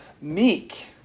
meek